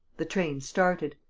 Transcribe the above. the train started.